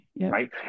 right